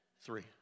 three